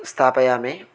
स्थापयामि